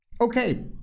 Okay